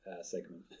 segment